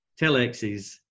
telexes